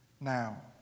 now